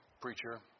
Preacher